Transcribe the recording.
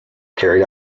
carried